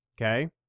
Okay